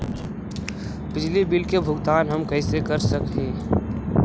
बिजली बिल के भुगतान हम कैसे कर सक हिय?